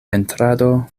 pentrado